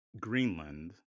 Greenland